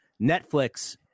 Netflix